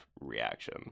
reaction